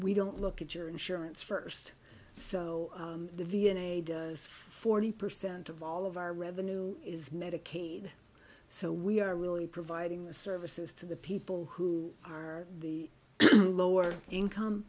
we don't look at your insurance first so the v n a does forty percent of all of our revenue is medicaid so we are really providing the services to the people who are the lower income